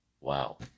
Wow